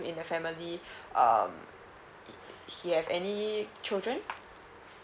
in the family um he have any children